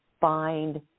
find